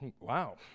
Wow